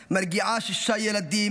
מרגיעה שישה ילדים,